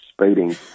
speeding